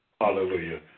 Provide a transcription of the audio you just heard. Hallelujah